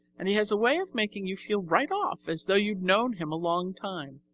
and he has a way of making you feel right off as though you'd known him a long time.